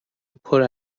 پره